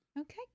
Okay